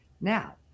Now